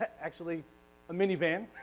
actually a minivan